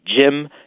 Jim